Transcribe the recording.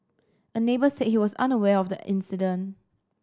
a neighbour said he was unaware of the incident